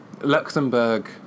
Luxembourg